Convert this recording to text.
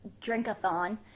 drink-a-thon